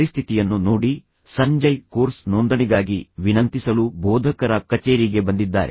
ಪರಿಸ್ಥಿತಿಯನ್ನು ನೋಡಿ ಸಂಜಯ್ ಕೋರ್ಸ್ ನೋಂದಣಿಗಾಗಿ ವಿನಂತಿಸಲು ಬೋಧಕರ ಕಚೇರಿಗೆ ಬಂದಿದ್ದಾರೆ